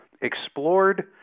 explored